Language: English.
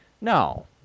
no